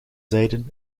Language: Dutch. zijden